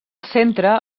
centre